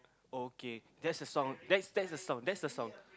okay that's a song that's a that's a song that's a song